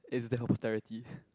is the